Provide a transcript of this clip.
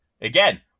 again